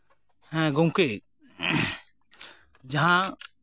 ᱦᱮᱸ ᱜᱚᱝᱠᱮ ᱡᱟᱦᱟᱸ